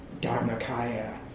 Dharmakaya